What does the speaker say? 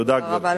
תודה רבה, גברתי.